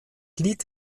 lied